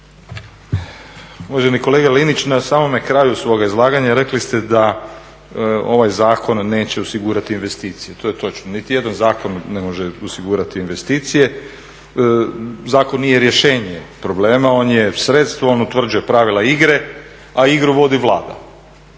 Uvaženi kolega Linić, na samome kraju svoga izlaganja rekli ste da ovaj zakon neće osigurati investicije. To je točno. Niti jedan zakon ne može osigurati investicije. Zakon nije rješenje problema. On je sredstvo, on utvrđuje pravila igre, a igru vodi Vlada.